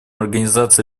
организация